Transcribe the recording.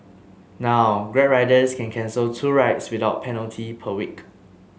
now Grab riders can cancel two rides without penalty per week